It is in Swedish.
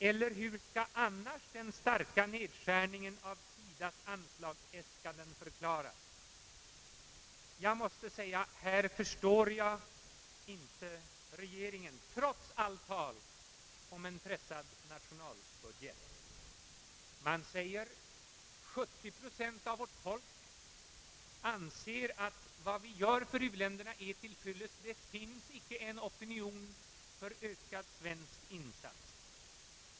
Hur skall annars den starka nedskärningen av SIDA:s anslagsäskanden förklaras? Jag måste säga att här förstår jag inte regeringen trots allt talet om en pressad statsbudget. Man säger att 70 procent av vårt folk anser att vad vi gör för u-länderna är till fyllest, det finns icke en opinion för ökad svensk insats.